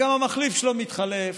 גם המחליף שלו מתחלף,